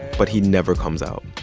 but he never comes out.